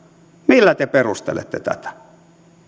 millä te perustelette tätä